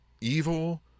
evil